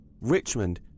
Richmond